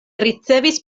ricevis